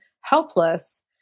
helpless